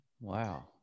Wow